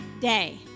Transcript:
day